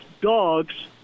dogs